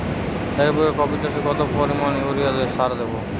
এক বিঘা কপি চাষে কত পরিমাণ ইউরিয়া সার দেবো?